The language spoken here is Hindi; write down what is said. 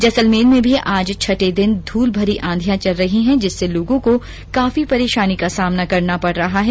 जैसलमेर में भी आज छठे दिन भी धूलभरी आंधियां चल रही है जिससे लोगों को काफी परेशानी का सामना करना पड़ रहा है